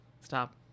Stop